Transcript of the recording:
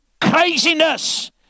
craziness